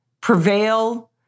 prevail